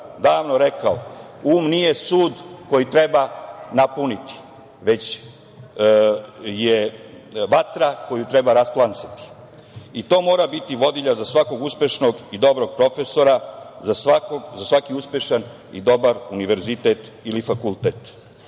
davno rekao – um nije sud koji treba napuniti, već je vatra koju treba rasplamsati. To mora biti vodilja za svakog uspešnog i dobrog profesora, za svaki uspešan i dobar univerzitet ili fakultet. Gde